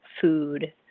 food